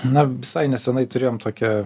na visai neseniai turėjom tokią